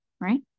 Right